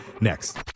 next